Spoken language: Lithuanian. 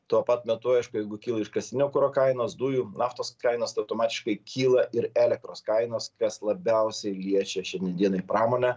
tuo pat metu aišku jeigu kyla iškastinio kuro kainos dujų naftos kainos tai automatiškai kyla ir elektros kainos kas labiausiai liečia šiandien dienai pramonę